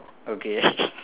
okay